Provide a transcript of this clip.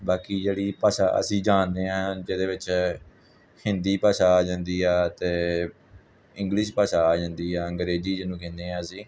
ਬਾਕੀ ਜਿਹੜੀ ਭਾਸ਼ਾ ਅਸੀਂ ਜਾਣਦੇ ਹਾਂ ਜਿਹਦੇ ਵਿੱਚ ਹਿੰਦੀ ਭਾਸ਼ਾ ਆ ਜਾਂਦੀ ਆ ਅਤੇ ਇੰਗਲਿਸ਼ ਭਾਸ਼ਾ ਆ ਜਾਂਦੀ ਆ ਅੰਗਰੇਜ਼ੀ ਜਿਹਨੂੰ ਕਹਿੰਦੇ ਹਾਂ ਅਸੀਂ